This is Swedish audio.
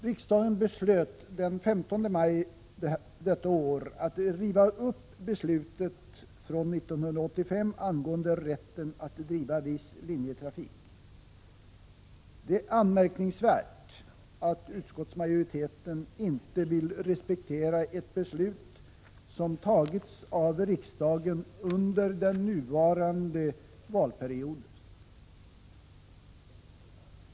Riksdagen beslöt den 15 maj detta år att riva upp beslutet från 1985 angående rätten att driva viss linjetrafik. Det är anmärkningsvärt att utskottsmajoriteten inte vill respektera ett beslut som tagits av riksdagen under den nuvarande valperioden.